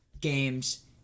games